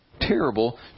terrible